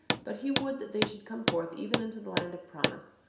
but he would that they should come forth even unto the land of promise,